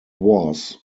was